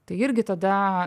tai irgi tada